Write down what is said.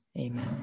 Amen